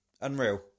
Unreal